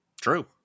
True